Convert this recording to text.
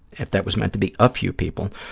if that was meant to be a few people,